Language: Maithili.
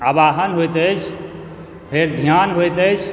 अवाहन होइत अछि फेर ध्यान होइत अछि